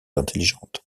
intelligente